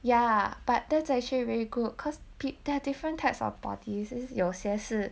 ya but that's actually very good cause there are different types of parties is 有些是